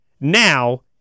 now